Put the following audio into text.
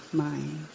mind